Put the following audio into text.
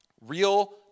Real